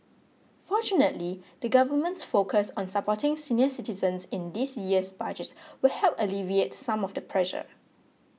fortunately the government's focus on supporting senior citizens in this year's Budget will help alleviate some of the pressure